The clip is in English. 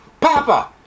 Papa